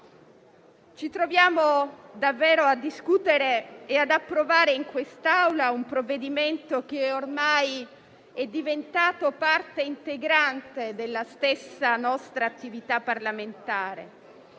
Ci troviamo davvero a discutere e ad approvare in quest'Aula un provvedimento che ormai è diventato parte integrante della stessa nostra attività parlamentare.